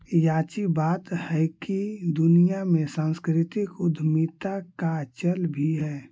याची बात हैकी दुनिया में सांस्कृतिक उद्यमीता का चल भी है